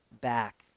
back